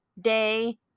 day